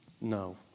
no